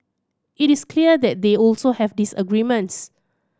it is clear that they also have disagreements